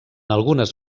algunes